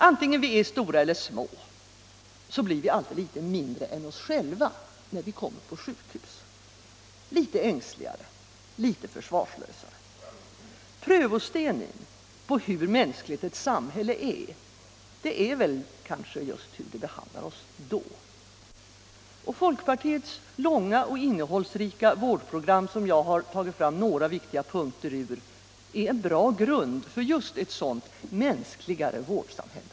Antingen vi är stora eller små blir vi alltid litet mindre än oss själva när vi kommer på sjukhus. Litet ängsligare, litet försvarslösare. Prövostenen på hur mänskligt ett samhälle är, det är kanske just hur det behandlar oss då. Folkpartiets långa och innehållsrika vårdprogram, som jag skildrat några viktiga punkter ur, är en bra grund för just ett sådant mänskligare vårdsamhälle.